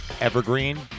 Evergreen